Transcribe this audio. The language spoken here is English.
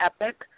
epic